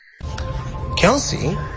Kelsey